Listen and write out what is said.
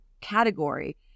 category